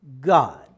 God